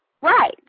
right